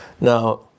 Now